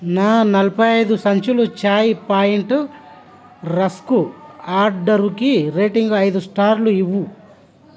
నా నలబై ఐదు సంచులు చాయి పాయింట్ రస్కు ఆర్డరుకి రేటింగ్ ఐదు స్టార్లు ఇవ్వు